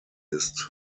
ist